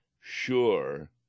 sure